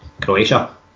Croatia